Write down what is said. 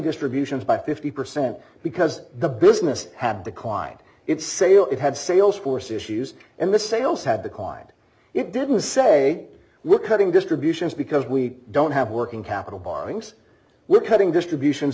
distributions by fifty percent because the business had the client its sale it had sales force issues and the sales had declined it didn't say we're cutting distributions because we don't have working capital borrowings we're cutting distributions